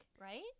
right